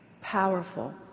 Powerful